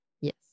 Yes